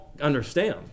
understand